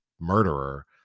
murderer